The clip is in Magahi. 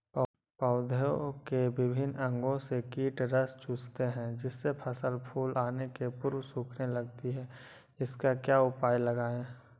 पौधे के विभिन्न अंगों से कीट रस चूसते हैं जिससे फसल फूल आने के पूर्व सूखने लगती है इसका क्या उपाय लगाएं?